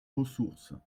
ressources